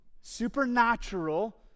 supernatural